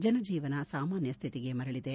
ಜನಜೀವನ ಸಾಮಾನ್ಯ ಸ್ಥಿತಿಗೆ ಮರಳಿದೆ